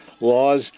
laws